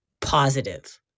positive